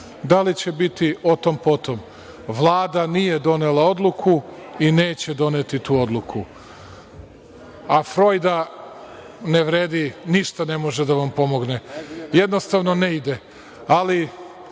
Da li će biti, o tom potom. Vlada nije donela odluku i neće doneti tu odluku, a Frojda, ne vredi, ništa ne može da vam pomogne. Jednostavno, ne ide,